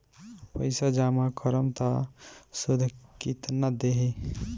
पैसा जमा करम त शुध कितना देही?